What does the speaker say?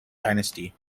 dynasty